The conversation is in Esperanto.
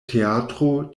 teatro